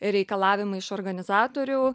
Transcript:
reikalavimai iš organizatorių